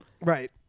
right